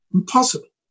Impossible